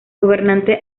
gobernante